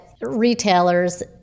retailers